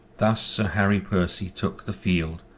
thus sir harry percy took the field,